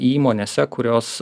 įmonėse kurios